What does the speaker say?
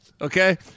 Okay